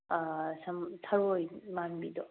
ꯁꯝ ꯊꯔꯣꯏ ꯃꯥꯟꯕꯤꯗꯣ